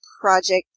project